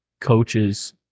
coaches